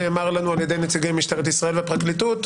נאמר לנו על ידי נציגי משטרת ישראל והפרקליטות,